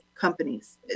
companies